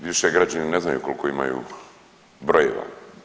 Više građani ne znaju koliko imaju brojeva.